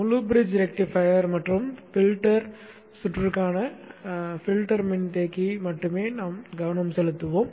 முழு bridge rectifier மற்றும் filter சுற்றுக்கான பில்டர் மின்தேக்கியில் மட்டுமே கவனம் செலுத்துவோம்